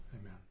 amen